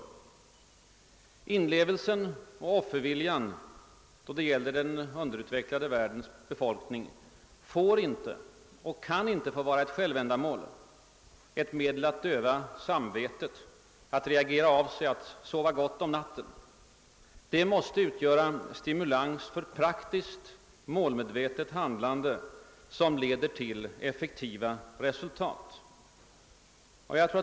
Inlevelsen och offerviljan då det gäller den underutvecklade världens be folkning får inte vara ett självändamål, ett medel att döva samvetet, att reagera av sig, att sova gott om natten; de måste utgöra en stimulans för praktiskt, målmedvetet handlande som leder till effektiva resultat.